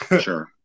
sure